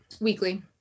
Weekly